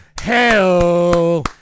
Hell